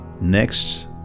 Next